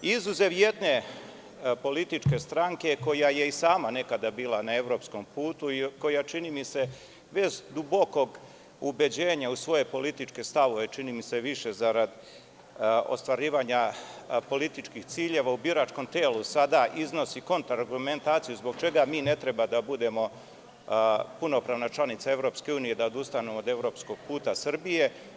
Izuzev jedne političke stranke, koja je i sama nekada bila na evropskom putu i koja, čini mi se, bez dubokog ubeđenja u svoje političke stavove, čini mi se, više zarad ostvarivanja političkih ciljeva u biračkom telu, sada iznosi kontraargumentaciju zbog čega mi ne treba da bude punopravna članica EU, da odustanu od evropskog puta Srbije.